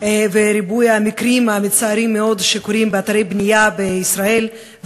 וריבוי המקרים המצערים מאוד שקורים באתרי בנייה בישראל,